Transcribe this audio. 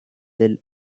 del